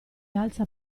alza